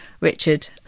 Richard